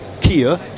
kia